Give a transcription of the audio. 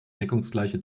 deckungsgleiche